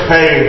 Hey